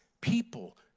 people